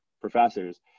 professors